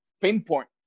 pinpoint